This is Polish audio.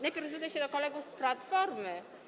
Najpierw zwrócę się do kolegów z Platformy.